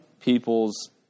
people's